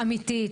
אמיתית,